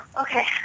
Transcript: Okay